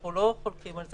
אנחנו לא חולקים על זה,